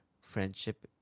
friendship